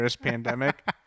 pandemic